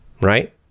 right